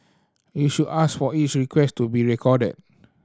you should ask for each request to be recorded